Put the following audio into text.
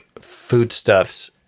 foodstuffs